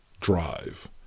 drive